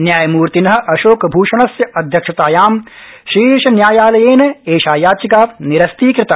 न्यायमूर्तिन अशोकभूषणस्य अध्यक्षतायां शीर्षन्यायालयेन एषा याचिका निरस्तीकृता